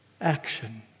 action